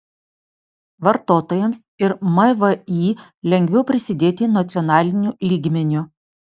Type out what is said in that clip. vartotojams ir mvį lengviau prisidėti nacionaliniu lygmeniu